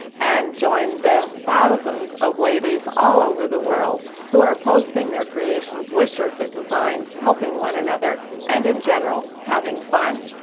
and join the thousands of ladies all over the world who are posting their creations with sure-fit designs, helping one another and in general having fun.